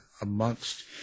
amongst